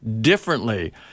differently